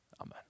Amen